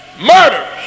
murders